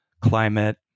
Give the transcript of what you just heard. climate